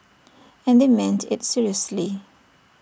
and they meant IT seriously